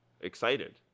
excited